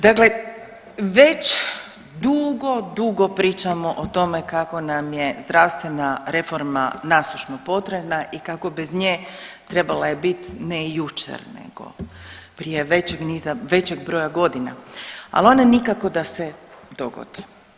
Dakle, već dugo, dugo pričao o tome kako nam je zdravstvena reforma nasušno potrebna i kako bez nje trebala je biti ne jučer nego prije većeg niza, većeg broja godina, ali one nikako da se dogode.